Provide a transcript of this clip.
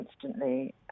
constantly